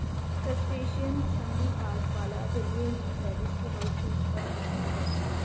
crustacean संधिपाद वाला जलीय जीव है जिसके बहुत से उपवर्ग बतलाए जाते हैं